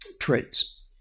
traits